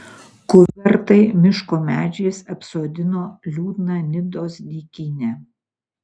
kuvertai miško medžiais apsodino liūdną nidos dykynę